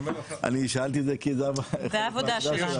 אני שאלתי את זה כי זו העבודה שלנו.